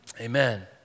Amen